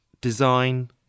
design